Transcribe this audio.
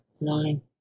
nine